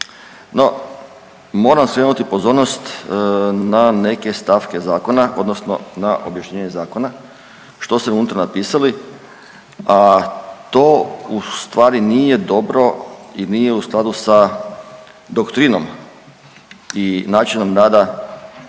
No, moram skrenuti pozornost na neke stavke zakona odnosno na objašnjenje zakona što ste unutra napisali, a to ustvari nije dobro i nije u skladu sa doktrinom i načinom rada